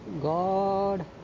God